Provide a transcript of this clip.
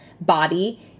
body